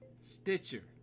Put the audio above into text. Stitcher